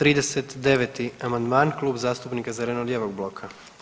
39. amandman Klub zastupnika zeleno-lijevog bloka.